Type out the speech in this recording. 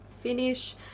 finish